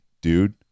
Dude